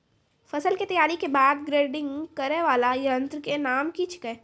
फसल के तैयारी के बाद ग्रेडिंग करै वाला यंत्र के नाम की छेकै?